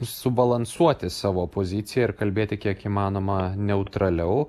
subalansuoti savo poziciją ir kalbėti kiek įmanoma neutraliau